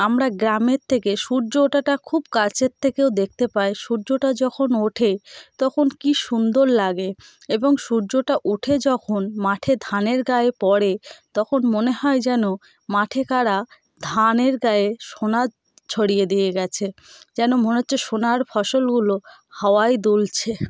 আমরা গ্রামের থেকে সূর্য ওঠাটা খুব কাছের থেকেও দেখতে পাই সূর্যটা যখন ওঠে তখন কী সুন্দর লাগে এবং সূর্যটা ওঠে যখন মাঠে ধানের গায়ে পড়ে তখন মনে হয় যেন মাঠে কারা ধানের গায়ে সোনা ছড়িয়ে দিয়ে গেছে যেন মনে হচ্ছে সোনার ফসলগুলো হাওয়ায় দুলছে